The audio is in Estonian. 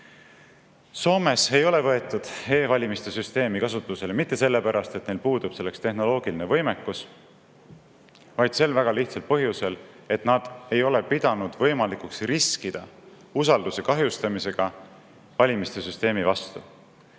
Soomes ei ole võetud e-valimiste süsteemi kasutusele, seda mitte sellepärast, et neil puudub selleks tehnoloogiline võimekus, vaid sel väga lihtsal põhjusel, et nad ei ole pidanud võimalikuks riskida valimissüsteemi usalduse